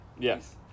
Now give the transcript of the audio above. Yes